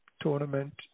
tournament